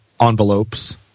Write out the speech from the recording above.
envelopes